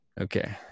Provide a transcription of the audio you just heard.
Okay